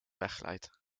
wegglijdt